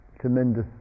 tremendous